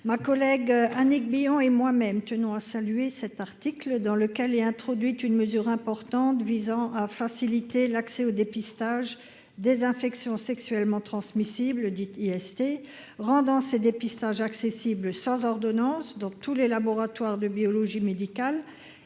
ma collègue Annick Billon et moi-même tenons à saluer cet article dans lequel est introduite une mesure importante visant à faciliter l'accès au dépistage des infections sexuellement transmissibles dites IST, rendant ces dépistages accessibles sans ordonnance dans tous les laboratoires de biologie médicale